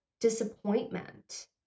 disappointment